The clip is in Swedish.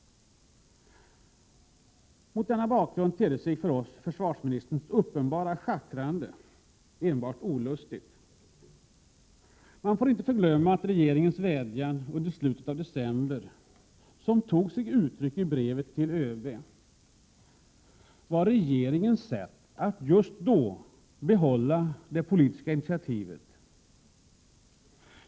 Mot denna bakgrund tedde sig försvarsministerns uppenbara schackrande enbart olustigt för oss. Man får inte förglömma att regeringens vädjan under slutet av december, som tog sig uttryck i brevet till ÖB, var regeringens sätt att just då behålla det politiska initiativet.